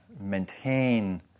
maintain